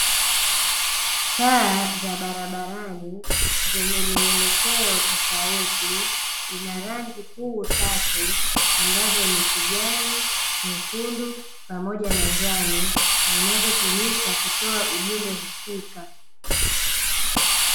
Taa za barabarani zenye mielekeo tofauti ina rangi kuu tatu ambazo ni kijani, nyekundu pamoja na njano zinazotumika kutoa ujumbe husika.